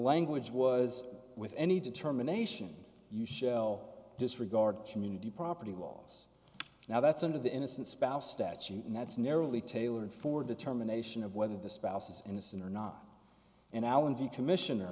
language was with any determination you shell disregard community property laws now that's under the innocent spouse statute and that's narrowly tailored for determination of whether the spouse is innocent or not and now in the commission or